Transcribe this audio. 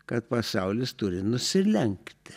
kad pasaulis turi nusilenkti